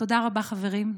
תודה רבה, חברים.